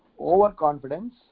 overconfidence